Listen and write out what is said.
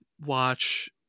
watch